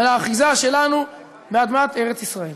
ולאחיזה שלנו באדמת ארץ ישראל.